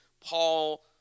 Paul